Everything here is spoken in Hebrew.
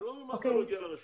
מה זה לא הגיע לרשות?